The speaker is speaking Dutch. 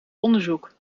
onderzoek